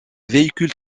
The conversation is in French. véhicule